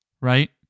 right